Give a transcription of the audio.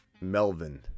Melvin